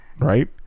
right